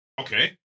Okay